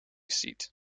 seat